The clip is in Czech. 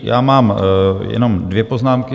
Já mám jenom dvě poznámky.